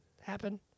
happen